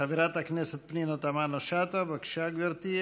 חברת הכנסת פנינה תמנו-שטה, בבקשה, גברתי.